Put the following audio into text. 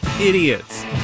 Idiots